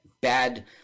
bad